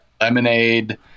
Lemonade